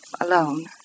alone